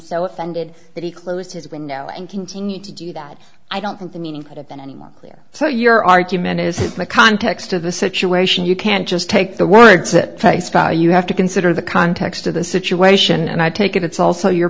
so offended that he closed his window and continued to do that i don't think the meaning of have been any more clear so your argument is the context of the situation you can't just take the words that you have to consider the context of the situation and i take it it's also your